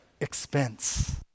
expense